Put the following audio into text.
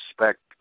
respect